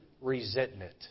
resentment